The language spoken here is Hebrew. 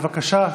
בבקשה,